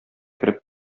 кереп